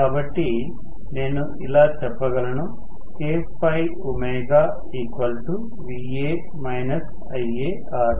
కాబట్టి నేను ఇలా చెప్పగలను KØω Va − IaRa